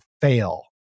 fail